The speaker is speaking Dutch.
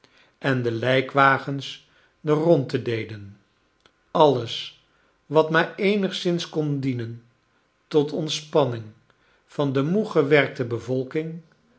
en de lijkwagens de rondte deden alles wat maar eenigszins kon dienen tot ontspanuing van de moe gewcrkte bevolking